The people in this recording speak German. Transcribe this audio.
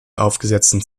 aufgesetzten